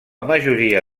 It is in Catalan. majoria